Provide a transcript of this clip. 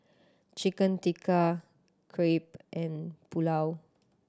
Chicken Tikka Crepe and Pulao